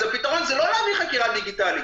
אז הפתרון זה לא להביא חקירה דיגיטלית,